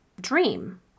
dream